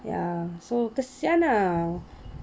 ya so kesian ah